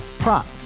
Prop